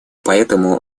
поэтому